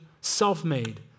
self-made